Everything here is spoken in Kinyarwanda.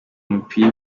mipira